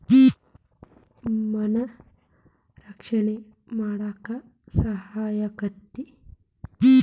ಮಣ್ಣ ರಕ್ಷಣೆ ಮಾಡಾಕ ಸಹಾಯಕ್ಕತಿ